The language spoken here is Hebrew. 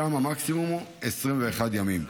שם המקסימום הוא 21 ימים,